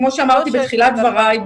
כמו שאמרתי בתחילת דבריי,